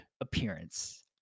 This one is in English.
appearance